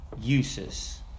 uses